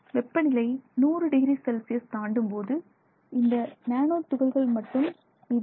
வெப்பநிலை 100 degree Celsius தாண்டும்போது இந்த நானோ துகள்கள் மட்டுமே மீதமிருக்கும்